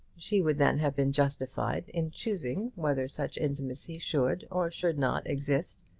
she would then have been justified in choosing whether such intimacy should or should not exist,